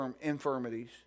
infirmities